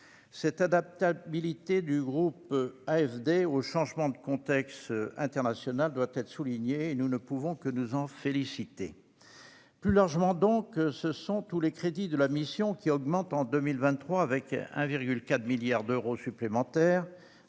Cette adaptabilité du groupe AFD aux changements de contexte international doit être soulignée ; nous ne pouvons que nous en féliciter. Plus largement, ce sont tous les crédits de la mission qui augmentent en 2023, avec 1,4 milliard d'euros supplémentaires